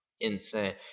insane